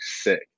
sick